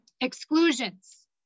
Exclusions